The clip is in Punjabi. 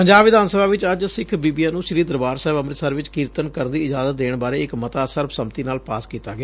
ਪੰਜਾਬ ਵਿਧਾਨ ਸਭਾ ਚ ਅੱਜ ਸਿੱਖ ਬੀਬੀਆਂ ਨੂੰ ਸ੍ਰੀ ਦਰਬਾਰ ਸਾਹਿਬ ਅੰਮ੍ਤਿਤਸਰ ਚ ਕੀਰਤਨ ਕਰਨ ਦੀ ਇਜਾਜ਼ਤ ਦੇਣ ਬਾਰੇ ਇਕ ਮੱਤਾ ਸਰਬ ਸੰਮਤੀ ਨਾਲ ਪਾਸ ਕੀਤਾ ਗਿਆ